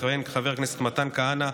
יכהן חבר הכנסת מתן כהנא,